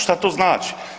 Šta to znači?